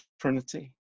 Trinity